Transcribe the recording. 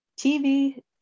tv